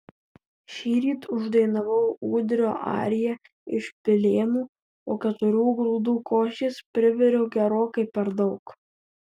šįryt uždainavau ūdrio ariją iš pilėnų o keturių grūdų košės priviriau gerokai per daug